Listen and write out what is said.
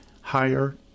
higher